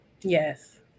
Yes